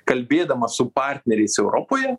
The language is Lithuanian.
kalbėdama su partneriais europoje